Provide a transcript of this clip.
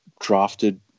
drafted